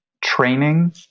training